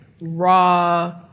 raw